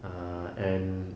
uh and